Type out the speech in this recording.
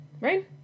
Right